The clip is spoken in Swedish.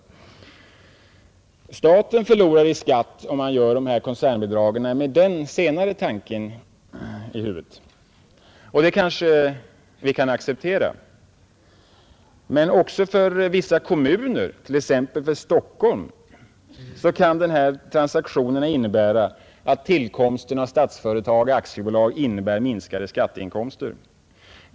Först och främst förlorar staten i skatter, om man gör dessa koncernbidrag med den senare tanken i huvudet. Det kan man dock till nöds acceptera. Men också för vissa kommuner, t. ex för Stockholm, kan dessa transaktioner innebära att tillkomsten av Statsföretag AB medför minskade skatteinkomster.